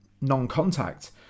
non-contact